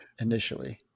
initially